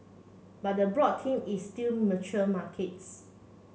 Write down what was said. but the broad team is still mature markets